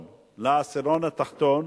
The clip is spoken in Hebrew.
ב-OECD, 34 מדינות,